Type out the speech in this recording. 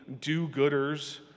do-gooders